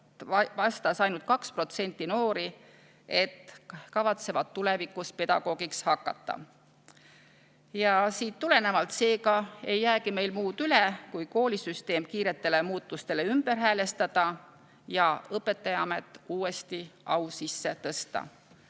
vastas ainult 2% noori, et kavatsevad tulevikus pedagoogiks hakata. Ja sellest tulenevalt ei jäägi meil muud üle, kui koolisüsteem kiiretele muutustele ümber häälestada ja õpetajaamet uuesti au sisse tõsta.